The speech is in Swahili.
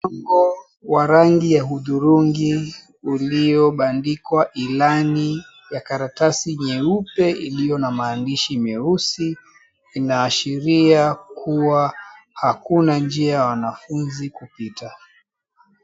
Wa rangi ya hudhurungi uliobandikwa ilani ya karatasi nyeupe iliyo na maandishi meusi inaashiria kua hakuna njia ya wanafunzi kupita.